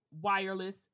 wireless